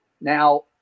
Now